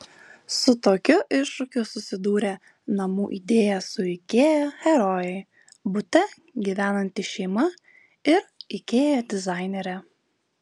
su tokiu iššūkiu susidūrė namų idėja su ikea herojai bute gyvenanti šeima ir ikea dizainerė